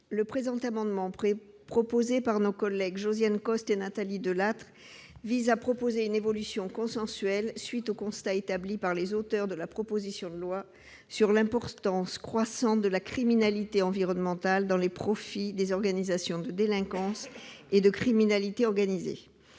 Le présent amendement, dont nos collègues Josiane Costes et Nathalie Delattre sont à l'origine, vise à réaliser une évolution consensuelle à la suite du constat établi par les auteurs de la proposition de loi sur l'importance croissante de la criminalité environnementale dans les profits des réseaux de délinquance et de criminalité organisées.